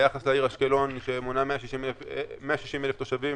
ביחס לעיר אשקלון שמונה 160,000 תושבים.